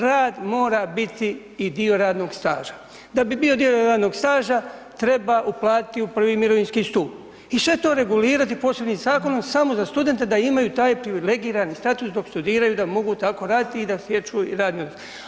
Rad mora biti i dio radnog staža, da bi bio radnog staža treba uplatiti u prvi mirovinski stup i sve to regulirati posebnim zakonom samo za studente da imaju taj privilegirani status dok studiraju da mogu tako raditi i da stječu i radni odnos.